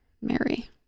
Mary